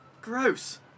gross